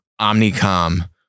Omnicom